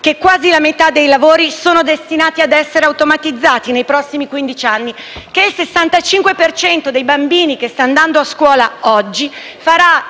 che quasi la metà dei lavori sono destinati a essere automatizzati nei prossimi quindici anni, che il 65 per cento dei bambini che sta andando a scuola oggi farà